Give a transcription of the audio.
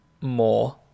more